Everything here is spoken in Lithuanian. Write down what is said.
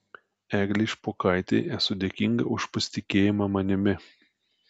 eglei špokaitei esu dėkinga už pasitikėjimą manimi